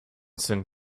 send